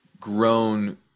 grown